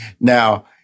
Now